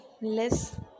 less